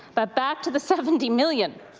but back to the seventy million.